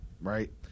right